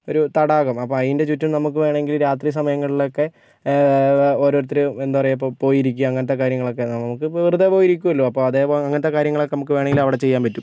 ഒരു തടാകം അപ്പം അതിൻ്റെ ചുറ്റും നമുക്ക് വേണമെങ്കില് രാത്രി സമയങ്ങളിലൊക്കെ ഓരോരുത്തര് എന്താ പറയുക ഇപ്പം പോയി ഇരിക്കുക അങ്ങനത്തെ കാര്യങ്ങൾ ഒക്കെ നമ്മക്ക് ഇപ്പം വെറുതെ പോയി ഇരിക്കുമല്ലോ അപ്പം അങ്ങനത്തെ കാര്യങ്ങളൊക്കെ വേണമെങ്കിൽ നമുക്ക് അവിടെ ചെയ്യാൻ പറ്റും